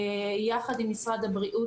הגיעו מייד לשטח יחד עם משרד הבריאות